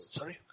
Sorry